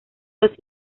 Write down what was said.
los